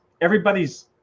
everybody's